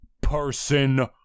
person